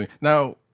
now